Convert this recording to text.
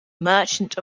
merchant